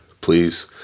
please